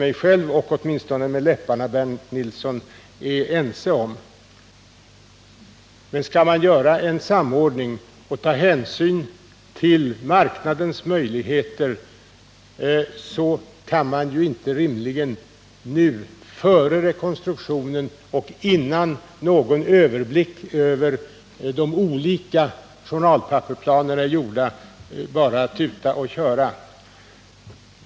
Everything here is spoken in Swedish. mig själv — och åtminstone med läpparna även Bernt Nilsson —, är ense om. Men skall man göra en samordning och ta hänsyn till marknadens möjligheter, kan man inte rimligen nu, före rekonstruktionen och innan någon överblick över olika journalpappersplaner är gjorda, bara tuta och köra.